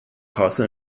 castle